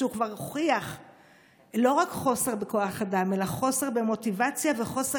שכבר הוכיח לא רק חוסר בכוח אדם אלא חוסר במוטיבציה וחוסר